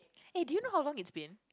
hey do you know how long it's been